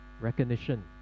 recognition